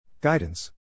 Guidance